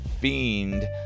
fiend